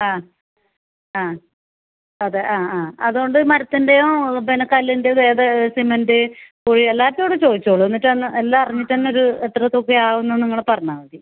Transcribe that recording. ആ ആ അതെ ആ ആ അതു കൊണ്ട് മരത്തിൻ്റെയോ പിന്നെ കല്ലിൻ്റേത് ഏത് സിമൻ്റ് പൂഴി എല്ലാത്തിനും കൂടെ ചോദിച്ചോളു എന്നിട്ട് ഒന്ന് എല്ലാം അറിഞ്ഞിട്ട് തന്നെ ഒരു എത്ര തുകയാവുന്നെ എന്നും നിങ്ങൾ പറഞ്ഞാൽ മതി